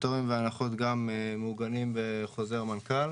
הפטורים והנחות גם מעוגנים בחוזר מנכ"ל